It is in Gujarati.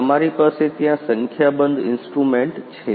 તમારી પાસે ત્યાં સંખ્યાબંધ ઇન્સ્ટ્રુમેન્ટ્સ છે